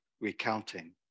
recounting